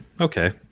okay